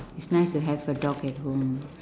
is nice to have a dog at home